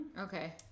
Okay